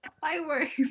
fireworks